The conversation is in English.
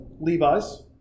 Levi's